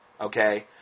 okay